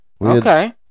Okay